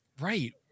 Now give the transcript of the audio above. right